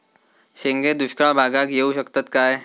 शेंगे दुष्काळ भागाक येऊ शकतत काय?